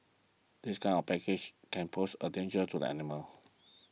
this kind of package can pose a danger to the animals